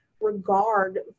regard